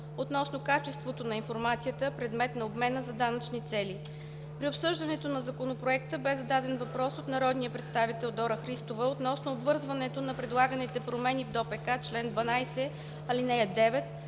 относно качеството на информацията – предмет на обмена за данъчни цели. При обсъждането на Законопроекта бе зададен въпрос от народния представител Дора Христова относно обвързването на предлаганите промените в Данъчно-осигурителния